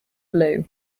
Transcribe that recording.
blue